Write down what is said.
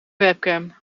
webcam